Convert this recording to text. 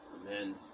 Amen